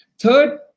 Third